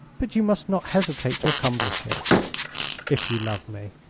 but you must not hesitate to accomplish it if you love me.